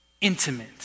intimate